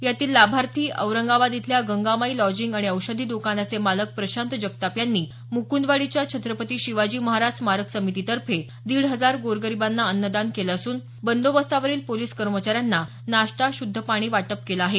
यातील लाभार्थी औरंगाबाद इथल्या गंगामाई लॉजिंग आणि औषधी दकानाचे मालक प्रशांत जगताप यांनी मुकूंदवाडीच्या छत्रपती शिवाजी महाराज स्मारक समितीतर्फे दीड हजार गोरगरीबांना अन्नदान केलं असून बंदोबस्तावरील पोलीस कर्मचाऱ्यांना नाष्टा शुद्ध पाणी वाटप केलं आहे